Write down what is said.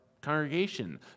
congregation